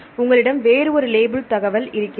உங்களிடம் வேறு ஒரு லேபிள் தகவல் இருக்கிறது